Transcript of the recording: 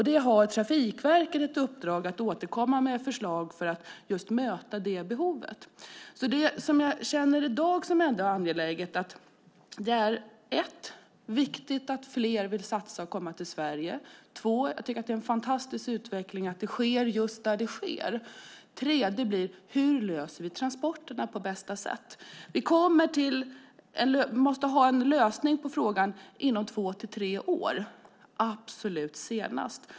Där har Trafikverket ett uppdrag att återkomma med förslag för att möta just det behovet. Det finns några saker som i dag är särskilt angelägna att ta upp. För det första är det viktigt att fler vill satsa och komma till Sverige. För det andra är det fantastiskt att utvecklingen sker just där den sker. För det tredje måste vi se hur vi löser transporterna på bästa sätt. Den frågan måste få en lösning inom två till tre år, absolut senast.